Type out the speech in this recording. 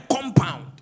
compound